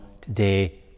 today